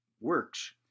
works